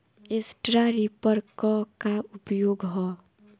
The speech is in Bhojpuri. स्ट्रा रीपर क का उपयोग ह?